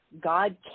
God